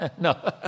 No